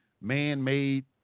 man-made